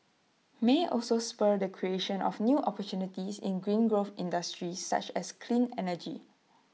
may also spur the creation of new opportunities in green growth industries such as clean energy